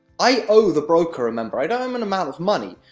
i owe the broker remember, i don't him an amount of money,